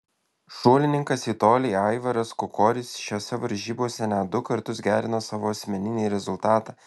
šuolininkas į tolį aivaras kukoris šiose varžybose net du kartus gerino savo asmeninį rezultatą